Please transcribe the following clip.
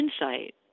insight